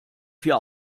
vier